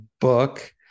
book